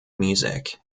music